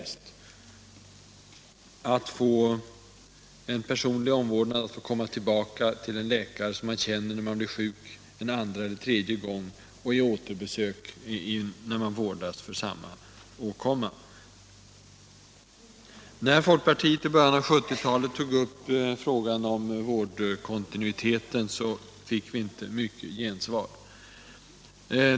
Det starkaste önskemålet är att få en personlig omvårdnad, att få komma tillbaka till en läkare som man känner när man blir sjuk och vid återbesök då man vårdas för samma åkomma. När folkpartiet i början av 1970-talet tog upp frågan om vårdkontinuiteten fick vi inte mycket gensvar.